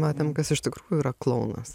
matėm kas iš tikrųjų yra klounas